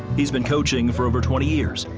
has been coaching for over twenty years,